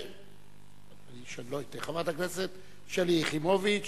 חברת הכנסת שלי יחימוביץ,